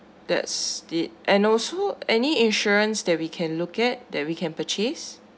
that's it and also any insurance that we can look at that we can purchase